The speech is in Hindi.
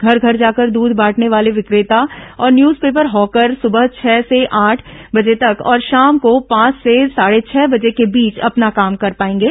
घर घर जाकर दध बांटने वाले विक्रेता और न्यज पेपर हॉकर सुबह छह से आठ बजे तक और शाम को पांच से साढे छह बजे के बीच अपना काम कर पाएंगे